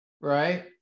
right